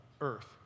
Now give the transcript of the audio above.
Earth